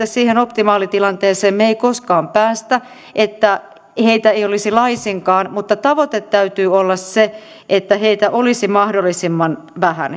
siihen optimaalitilanteeseen me emme koskaan pääse että heitä ei olisi laisinkaan mutta tavoitteen täytyy olla se että heitä olisi mahdollisimman vähän